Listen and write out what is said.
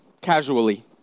Casually